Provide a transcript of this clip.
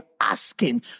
asking